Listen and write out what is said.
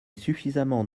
suffisamment